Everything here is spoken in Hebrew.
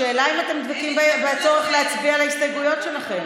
השאלה אם אתם דבקים בצורך להצביע על ההסתייגויות שלכם.